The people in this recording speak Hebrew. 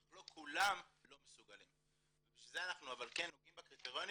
אך לא כולם לא מסוגלים ובשביל זה אנחנו כן נוגעים בקריטריונים